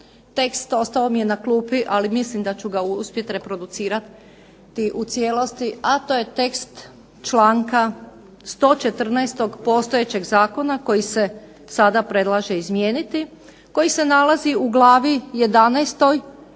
tekst, ostao mi je na klupi, ali mislim da ću ga uspjet reproducirati u cijelosti, a to je tekst članka 114. postojećeg zakona koji se sada predlaže izmijeniti, koji se nalazi u glavi XI. kaznena